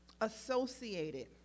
associated